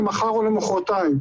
למחר או למחרתיים.